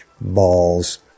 Balls